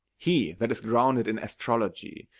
he that is grounded in astrology,